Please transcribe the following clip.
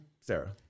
Sarah